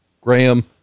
Graham